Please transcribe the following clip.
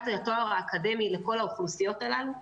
התואר האקדמאי לכל האוכלוסיות הללו,